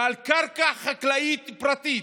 ועל קרקע חקלאית פרטית.